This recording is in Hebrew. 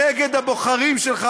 נגד הבוחרים שלך,